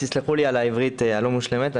תסלחו לי על העברית הלא מושלמת.